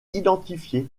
identifié